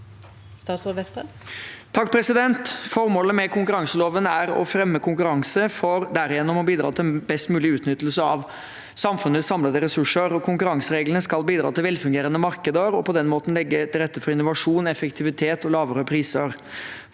Formålet med konkurranseloven er å fremme konkurranse, for derigjennom å bidra til en best mulig utnyttelse av samfunnets samlede ressurser. Konkurransereglene skal bidra til velfungerende markeder og på den måten legge til rette for innovasjon, effektivitet og lavere priser.